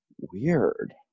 Weird